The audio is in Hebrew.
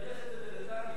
יריח את זה בנתניה.